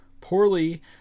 poorly